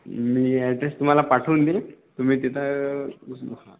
मी address तुम्हाला पाठवून देईन तुम्ही तिथं पोचवा